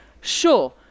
Sure